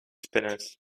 spinners